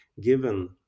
given